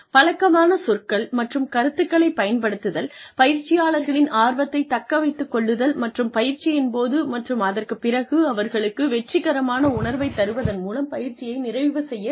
பழக்கமான சொற்கள் மற்றும் கருத்துக்களைப் பயன்படுத்துதல் பயிற்சியாளர்களின் ஆர்வத்தை தக்க வைத்துக் கொள்ளுதல் மற்றும் பயிற்சியின் போது மற்றும் அதற்குப் பிறகு அவர்களுக்கு வெற்றிகரமான உணர்வைத் தருவதன் மூலம் பயிற்சியை நிறைவு செய்ய வேண்டும்